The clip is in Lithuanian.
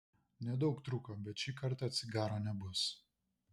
nedaug trūko bet šįkart cigaro nebus